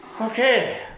Okay